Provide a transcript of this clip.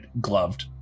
Gloved